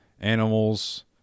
animals